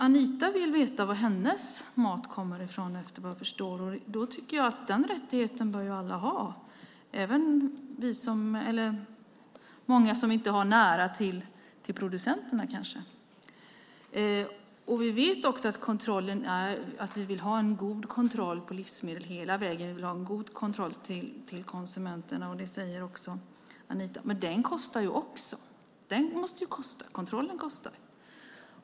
Anita vill veta varifrån hennes mat kommer. Den rättigheten bör alla ha, även de många som inte har nära till producenterna. Vi vill också ha en god kontroll på livsmedel hela vägen. Vi vill ha en god kontroll för konsumenterna. Det säger även Anita. Men kontrollen kostar också.